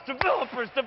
developers